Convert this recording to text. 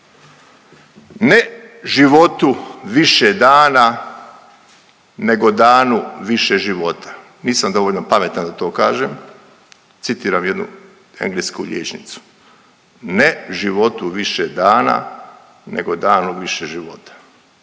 „Ne životu više dana nego danu više života“. Nisam dovoljno pametan da to kažem, citiram jednu englesku liječnicu, „Ne životu više dana nego danu više života“.